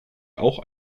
auch